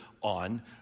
on